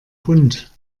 bunt